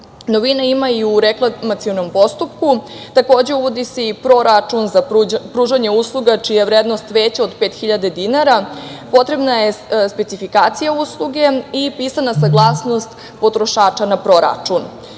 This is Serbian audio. Novine ima i u reklamacionom postupku. Takođe, uvodi se proračun za pružanje usluga čija je vrednost veća od 5.000 dinara. Potrebna je specifikacija usluge i pisana saglasnost potrošača na proračun.U